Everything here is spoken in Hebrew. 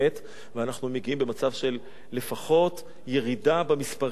ואנחנו מגיעים במצב של לפחות ירידה במספרים,